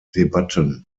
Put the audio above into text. debatten